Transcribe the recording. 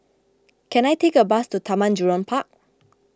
can I take a bus to Taman Jurong Park